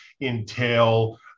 entail